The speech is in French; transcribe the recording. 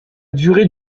durée